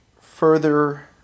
further